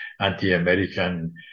anti-american